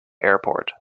airport